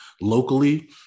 locally